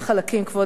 כבוד היושב-ראש.